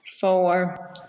four